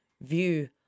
view